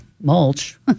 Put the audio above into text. mulch